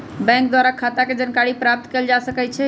bank द्वारा खता के जानकारी प्राप्त कएल जा सकइ छइ